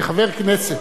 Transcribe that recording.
כחבר כנסת.